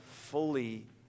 fully